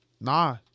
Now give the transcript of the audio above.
nah